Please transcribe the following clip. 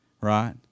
right